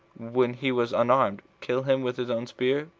when he was unarmed, kill him with his own spear,